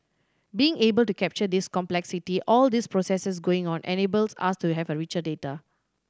being able to capture this complexity all these processes going on enables us to have richer data